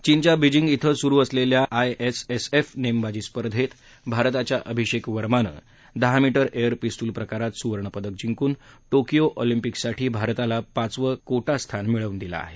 चीनच्या बिजिंग इथं सुरू असलेल्या आयएसएसएफ नेमबाजी स्पर्धेत भारताच्या आभिषेक वर्मानं दहा मीटर एअर पिस्टल प्रकारात सुवर्ण पदक जिंकून टोकियो ऑलिम्पिंकसाठी भारताला पाचवं कोटा स्थान दिलं आहे